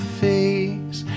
face